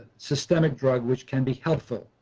systemic drug which can be helpful.